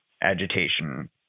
agitation